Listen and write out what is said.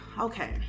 okay